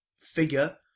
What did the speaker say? figure